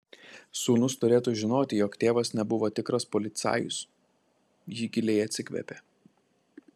sūnus turėtų žinoti jog tėvas nebuvo tikras policajus ji giliai atsikvėpė